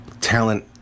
talent